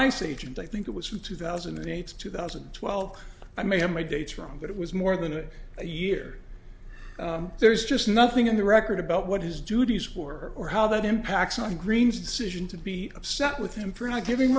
ice agent i think it was from two thousand and eight two thousand and twelve i may have my dates wrong but it was more than a year there's just nothing in the record about what his duties were or how that impacts on green's decision to be upset with him for not giving